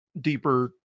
deeper